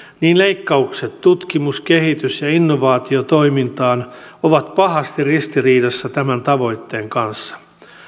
niin leikkaukset tutkimus kehitys ja innovaatiotoimintaan ovat pahasti ristiriidassa tämän tavoitteen kanssa